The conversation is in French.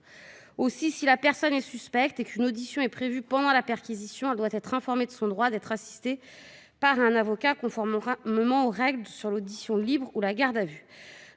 cours. Si la personne est suspecte et si une audition est prévue pendant la perquisition, elle doit être informée de son droit d'être assistée par un avocat, conformément aux règles sur l'audition libre ou la garde à vue.